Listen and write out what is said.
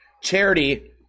charity